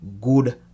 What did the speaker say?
good